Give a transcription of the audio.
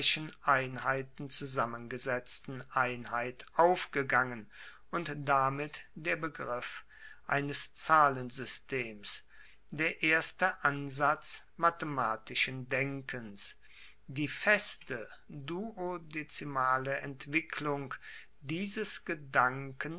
einheiten zusammengesetzten einheit aufgegangen und damit der begriff eines zahlensystems der erste ansatz mathematischen denkens die feste duodezimale entwicklung dieses gedankens